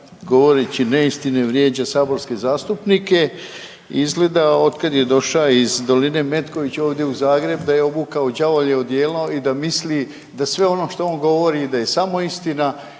govoreći neistine vrijeđa saborske zastupnike. Izgleda od kad je doša iz doline Metkovića ovdje u Zagreb da je obukao đavolje odijelo i da misli da sve ono što on govori da je samo istina